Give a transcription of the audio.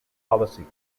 policy